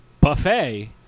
buffet